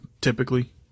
typically